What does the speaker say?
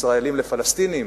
ישראלים לפלסטינים,